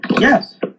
Yes